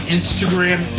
Instagram